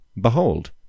Behold